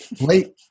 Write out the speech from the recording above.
late